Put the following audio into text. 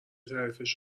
تعریفش